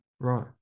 Right